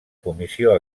comissió